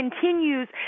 continues